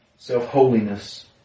self-holiness